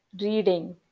reading